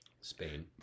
Spain